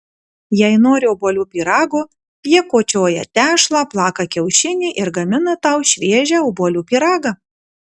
jei nori obuolių pyrago jie kočioja tešlą plaka kiaušinį ir gamina tau šviežią obuolių pyragą